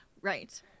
Right